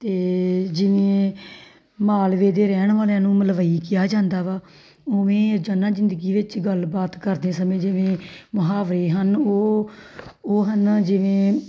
ਅਤੇ ਜਿਵੇਂ ਮਾਲਵੇ ਦੇ ਰਹਿਣ ਵਾਲਿਆਂ ਨੂੰ ਮਲਵਈ ਕਿਹਾ ਜਾਂਦਾ ਵਾ ਉਵੇਂ ਰੋਜ਼ਾਨਾ ਜ਼ਿੰਦਗੀ ਵਿੱਚ ਗੱਲਬਾਤ ਕਰਦੇ ਸਮੇਂ ਜਿਵੇਂ ਮੁਹਾਵਰੇ ਹਨ ਉਹ ਉਹ ਹਨ ਜਿਵੇਂ